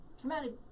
traumatic